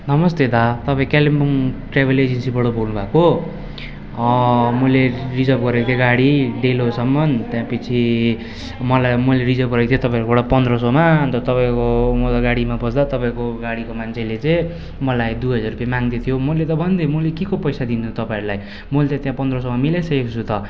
नमस्ते दा तपाईँ कालिम्पोङ ट्राभल एजेन्सीबाट बोल्नुभएको हो मैले रिजर्ब गरेको थिएँ गाडी डेलोसम्म त्यहाँपिछे मलाई मैले रिजर्भ गरेको थिएँ तपाईँहरूकोबाट पन्ध्र सयमा अन्त तपाईँको म त गाडीमा पस्दा तपाईँको गाडीको मान्छेले चाहिँ मलाई दुइ हजार रुपियाँ माग्दैथ्यो मैले त भनिदिएँ मैले केको पैसा दिनु तपाईँहरूलाई मैले त त्यहाँ पन्ध्र सयमा मिलाइसकेको छु त